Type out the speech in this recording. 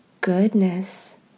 goodness